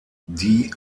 die